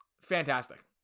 fantastic